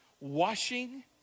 washing